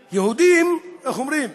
יהודים, איך אומרים?